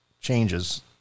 changes